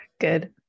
Good